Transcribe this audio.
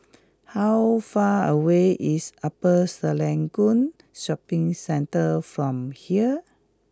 how far away is Upper Serangoon Shopping Centre from here